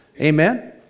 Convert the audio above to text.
Amen